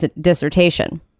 dissertation